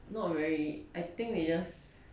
not very I think they just